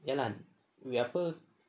ya lah duit apa